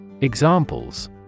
Examples